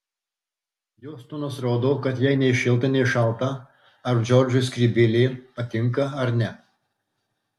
jos tonas rodo kad jai nei šilta nei šalta ar džordžui skrybėlė patinka ar ne